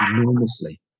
enormously